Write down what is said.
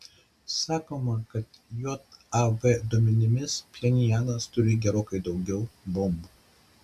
sakoma kad jav duomenimis pchenjanas turi gerokai daugiau bombų